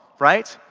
right,